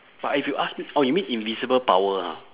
but if you ask me orh you mean invisible power ha